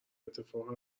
اتفاق